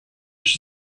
she